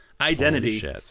identity